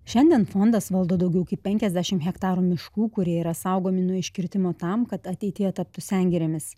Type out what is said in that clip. šiandien fondas valdo daugiau kaip penkiasdešim hektarų miškų kurie yra saugomi nuo iškirtimo tam kad ateityje taptų sengirėmis